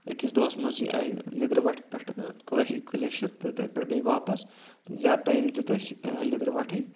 أکِس دۄہس منٛزٕے آے لیدٕروٹھ پیٹھ کۄلہے گلیشر تہٕ تتہِ پیٹھ بیٚیہِ واپس تہٕ زیٛادٕ ٹایِم دیُت اَسہِ لیدٕروَٹھٕے